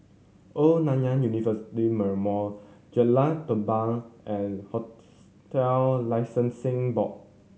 Old Nanyang University Memorial Jalan Tambur and Licensing Board